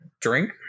drink